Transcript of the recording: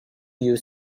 you